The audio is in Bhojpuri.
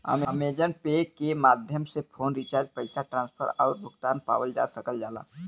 अमेज़न पे के माध्यम से फ़ोन रिचार्ज पैसा ट्रांसफर आउर भुगतान पावल जा सकल जाला